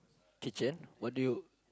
kitchen what do you